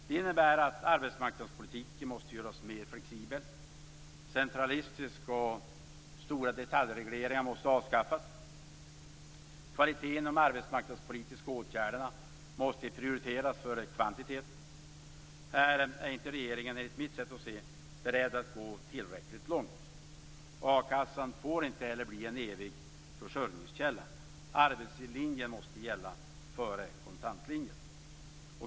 Det innebär att arbetsmarknadspolitiken måste göras mer flexibel. Centralism och stora detaljregleringar måste avskaffas. Kvaliteten inom de arbetsmarknadspolitiska åtgärderna måste prioriteras före kvantitet. Här är inte regeringen enligt mitt sätt att se beredd att gå tillräckligt långt. A-kassan får inte heller bli en evig försörjningskälla. Arbetslinjen måste gälla före kontantlinjen.